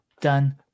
done